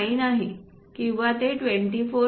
9 आहे किंवा ते 24